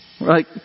Right